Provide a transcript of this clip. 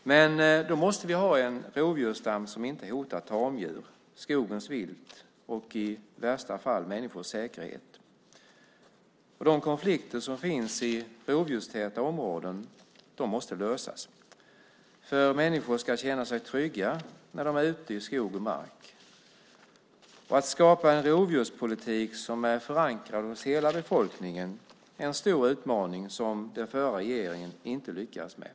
Men då måste vi ha en rovdjursstam som inte hotar tamdjur, skogens vilt och, i värsta fall, människors säkerhet. De konflikter som finns i rovdjurstäta områden måste lösas. Människor ska känna sig trygga när de är ute i skog och mark. Att skapa en rovdjurspolitik som är förankrad hos hela befolkningen är en stor utmaning som den förra regeringen inte lyckades med.